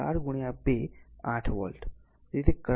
તેથી V s 4 2 8 volt